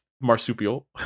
marsupial